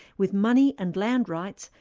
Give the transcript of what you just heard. with money and land rights,